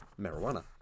marijuana